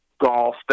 golf